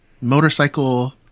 motorcycle